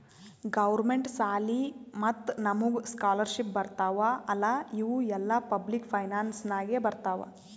government ಸಾಲಿ ಮತ್ತ ನಮುಗ್ ಸ್ಕಾಲರ್ಶಿಪ್ ಬರ್ತಾವ್ ಅಲ್ಲಾ ಇವು ಎಲ್ಲಾ ಪಬ್ಲಿಕ್ ಫೈನಾನ್ಸ್ ನಾಗೆ ಬರ್ತಾವ್